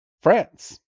France